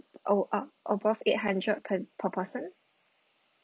o~ uh above eight hundred per per person